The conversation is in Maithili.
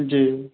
जी